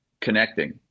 connecting